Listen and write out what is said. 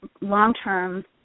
long-term